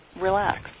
relax